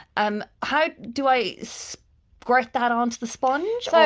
um how do i so squirt that on to the sponge or?